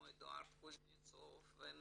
כמו אדוארד קוזניצוב ו-